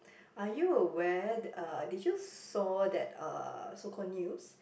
are you aware uh did you saw that uh so called news